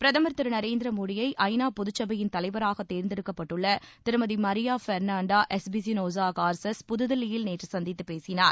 பிரதமா் திரு நரேந்திர மோடியை ஐநா பொதுசபையின் தலைவராக தேர்ந்தெடுக்கப்பட்டுள்ள Thirumathi Maria Fernanda Espinosa Garces புதுதில்லியில் நேற்று சந்தித்து பேசினார்